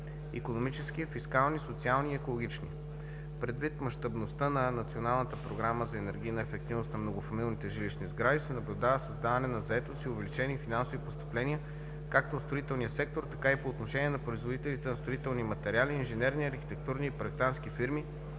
икономически, фискални, социални и екологични. Предвид мащабността на Националната програма за енергийна ефективност на многофамилните жилищни сгради се наблюдава създаване на заетост и увеличени финансови постъпления както в строителния сектор, така и по отношение на производителите на строителни материали, инженерни, архитектурни и проектантски фирми,